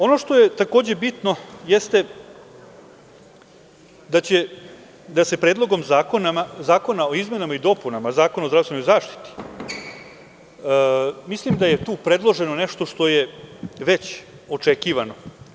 Ono što je takođe bitno jeste da se Predlogom zakona o izmenama i dopunama Zakona o zdravstvenoj zaštiti, mislim da je tu predloženo nešto što je već očekivano.